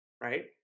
right